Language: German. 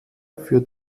für